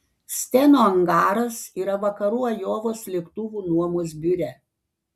steno angaras yra vakarų ajovos lėktuvų nuomos biure